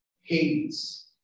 Hades